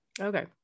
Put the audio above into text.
Okay